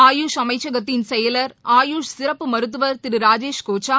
ஆயுஷ் அமைச்சகத்தின் செயலர் ஆயுஷ் சிறப்பு மருத்துவர் திருராஜேஷ் கோச்சா